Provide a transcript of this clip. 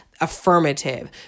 affirmative